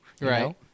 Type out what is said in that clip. Right